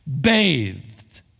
bathed